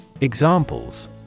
Examples